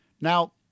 Now